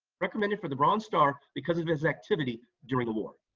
recommended for the bronze star because of his activity, during the war.